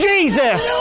Jesus